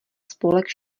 spolek